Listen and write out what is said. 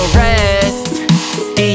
rest